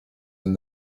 and